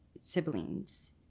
siblings